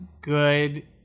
good